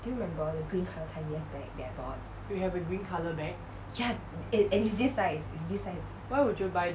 you have a green colour bag why would you buy